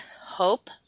Hope